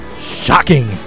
Shocking